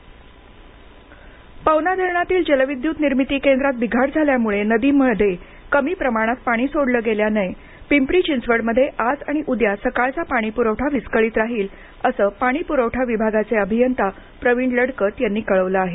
पाणीप्रवठा पवना धरणातील जलविद्युत निर्मिती केंद्रात बिघाड झाल्यामुळे नदीमध्ये कमी प्रमाणात पाणी सोडलं गेल्यानं पिंपरी चिंचवडमध्ये आज आणि उद्या सकाळचा पाणी पुरवठा विस्कळीत राहील असं पाणी पुरवठा विभागाचे अभियंता प्रवीण लडकत यांनी कळवलं आहे